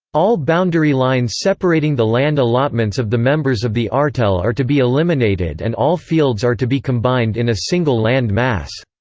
all boundary lines separating the land allotments of the members of the artel are to be eliminated and all fields are to be combined in a single land mass.